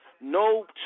no